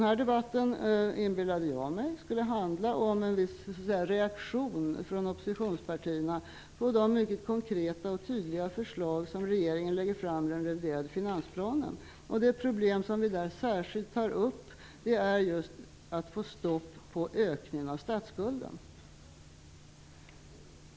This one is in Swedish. Jag inbillade mig att denna debatt skulle handla om en viss reaktion från oppositionspartierna på de mycket konkreta och tydliga förslag som regeringen lägger fram i den reviderade finansplanen. Det problem som vi där särskilt tar upp är just hur man får stopp på ökningen av statsskulden.